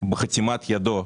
בחתימת ידו,